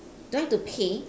do I have to pay